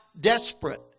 desperate